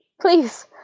please